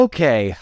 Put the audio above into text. Okay